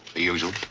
the usual?